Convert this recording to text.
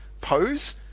pose